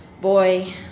boy